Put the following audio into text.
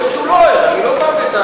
יכול להיות שהוא לא ער, אני לא בא בטענות.